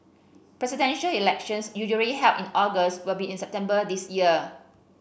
Presidential Elections usually held in August will be in September this year